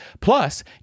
Plus